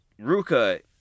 Ruka